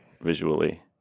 visually